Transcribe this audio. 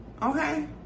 okay